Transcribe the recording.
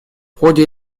ходе